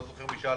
לא זוכר מי שאל,